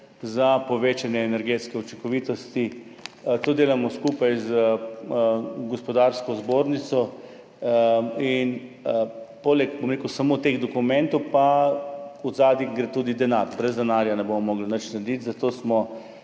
za povečanje energetske učinkovitosti; to delamo skupaj z Gospodarsko zbornico. In poleg teh dokumentov je zadaj tudi denar, brez denarja ne bomo mogli nič narediti, zato